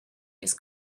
this